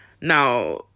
Now